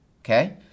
okay